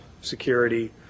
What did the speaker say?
security